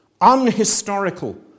unhistorical